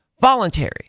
voluntary